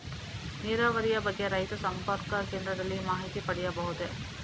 ನೀರಾವರಿಯ ಬಗ್ಗೆ ರೈತ ಸಂಪರ್ಕ ಕೇಂದ್ರದಲ್ಲಿ ಮಾಹಿತಿ ಪಡೆಯಬಹುದೇ?